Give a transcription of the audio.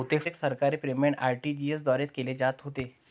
बहुतेक सरकारी payment RTGS द्वारे केले जात होते